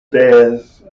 death